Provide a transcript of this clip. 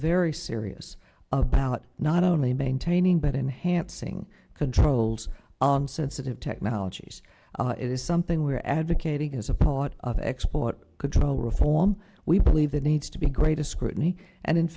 very serious about not only maintaining but enhancing controls on sensitive technologies it is something we are advocating as a part of export control reform we believe that needs to be greatest scrutiny and in